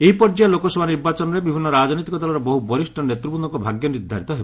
ଏହି ପର୍ଯ୍ୟାୟ ଲୋକସଭା ନିର୍ବାଚନରେ ବିଭିନ୍ନ ରାଜନୈତିକ ଦଳର ବହୁ ବରିଷ୍ଠ ନେତୃବୃନ୍ଦଙ୍କ ଭାଗ୍ୟ ନିର୍ଦ୍ଧାରିତ ହେବ